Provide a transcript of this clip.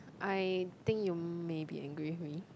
I think you may be angry with me